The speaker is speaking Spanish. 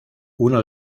uno